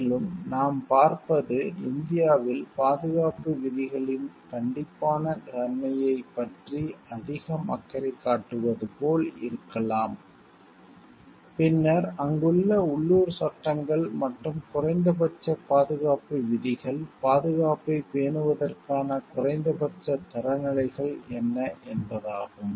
மேலும் நாம் பார்ப்பது இந்தியாவில் பாதுகாப்பு விதிகளின் கண்டிப்பான தன்மையைப் பற்றி அதிகம் அக்கறை காட்டுவது போல் இருக்கலாம் பின்னர் அங்குள்ள உள்ளூர் சட்டங்கள் மற்றும் குறைந்தபட்ச பாதுகாப்பு விதிகள் பாதுகாப்பைப் பேணுவதற்கான குறைந்தபட்ச தரநிலைகள் என்ன என்பதாகும்